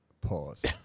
Pause